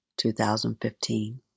2015